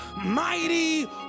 mighty